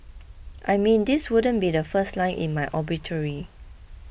I mean this wouldn't be the first line in my obituary